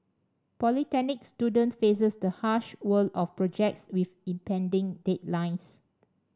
polytechnic student faces the harsh world of projects with impending deadlines